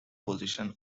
position